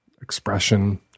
expression